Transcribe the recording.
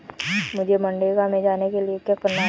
मुझे मनरेगा में जाने के लिए क्या करना होगा?